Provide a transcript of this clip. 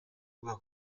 rwa